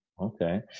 Okay